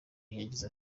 yagize